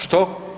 Što?